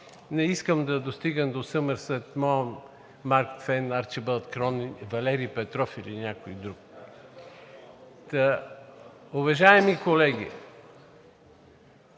не искам да достигам до Съмърсет Моъм, Марк Твен, Арчибалд Кронин, Валери Петров или някой друг. Уважаеми колеги,